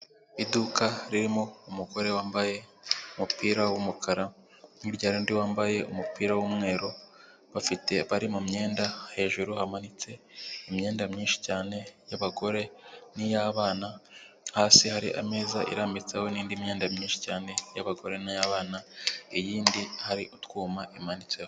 Iduka ririmo umugore wambaye umupira w'umukara, hirya hari n'undi wambaye umupira w'umweru, bafite bari mu myenda hejuru hamanitse imyenda myinshi cyane y'abagore, n'iy'abana, hasi hari ameza irambitseho n'indi myenda myinshi cyane y'abagore n'abana, iyindi hari utwuma imanitseho.